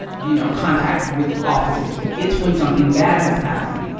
you know, contact with officers. it's when something bad has happened.